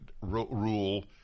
rule